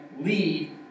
lead